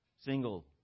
single